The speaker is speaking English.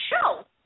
show